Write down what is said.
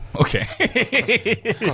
Okay